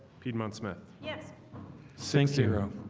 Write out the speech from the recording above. piedmont smith. yes sinc zero,